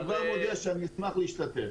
אני כבר מודיע שאני אשמח להשתתף.